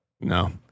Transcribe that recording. No